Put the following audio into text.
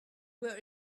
were